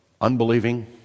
unbelieving